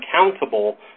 accountable